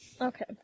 Okay